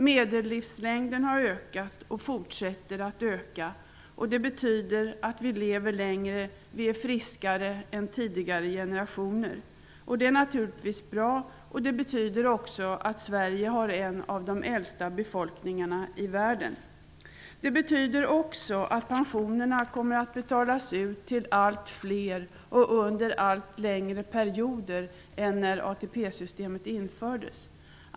Medellivslängden har ökat och fortsätter att öka. Det betyder att vi lever längre och är friskare än tidigare generationer. Det är naturligtvis glädjande och bra. Det betyder att Sverige har en av de äldsta befolkningarna i världen. Detta innebär också att pensionerna kommer att betalas ut till allt fler under allt längre perioder jämfört med hur det var när ATP-systemet infördes.